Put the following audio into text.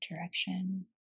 direction